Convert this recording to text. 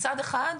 מצד אחד,